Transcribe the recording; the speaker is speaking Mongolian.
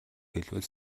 хэлбэл